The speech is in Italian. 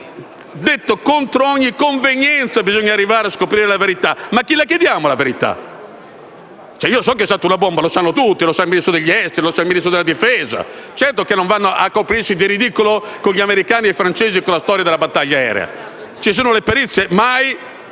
ripetuti: contro ogni convenienza bisogna arrivare a scoprire la verità. Ma a chi la chiediamo la verità? Io lo so che è stata una bomba, lo sanno tutti, lo sa il Ministro degli esteri, il Ministro della difesa. Certo che non vanno a coprirsi di ridicolo con gli americani e i francesi con la storia della battaglia aerea. Ci sono le perizie mai